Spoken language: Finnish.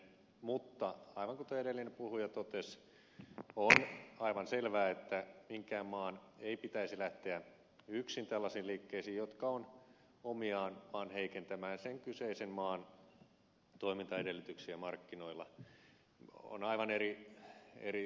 mutta aivan kuten edellinen puhuja totesi on aivan selvää että minkään maan ei pitäisi lähteä yksin tällaisiin liikkeisiin jotka ovat omiaan vaan heikentämään sen kyseisen maan toimintaedellytyksiä markkinoilla